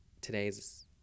today's